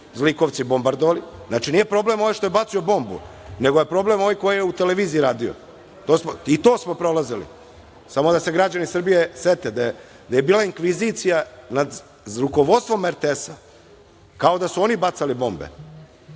zlikovci bombardovali. Znači, nije problem onaj što je bacio bombu, nego je problem ovaj koji je u televiziji radio. I to smo prolazili, samo da se građani Srbije sete da je bila inkvizicija nad rukovodstvom RTS-a, kao da su oni bacali bombe